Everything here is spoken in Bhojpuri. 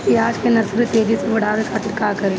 प्याज के नर्सरी तेजी से बढ़ावे के खातिर का करी?